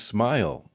Smile